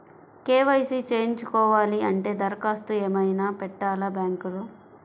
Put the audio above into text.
KYC చేయించుకోవాలి అంటే దరఖాస్తు ఏమయినా పెట్టాలా బ్యాంకులో?